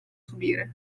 subire